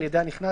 על ידי הנכנס,